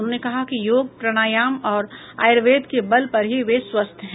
उन्होंने कहा कि योग प्रणायाम और आयुर्वेद के बल पर ही वे स्वस्थ हैं